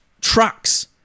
trucks